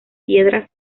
piedras